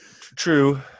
true